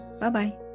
bye-bye